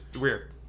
weird